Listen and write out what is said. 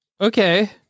okay